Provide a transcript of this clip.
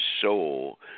soul